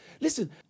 Listen